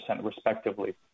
respectively